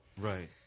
right